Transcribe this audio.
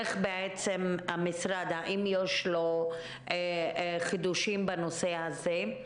האם למשרד יש חידושים בנושא הזה,